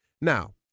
Now